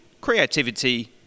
creativity